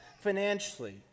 financially